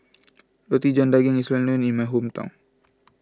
Roti John Daging is well known in my hometown